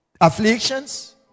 afflictions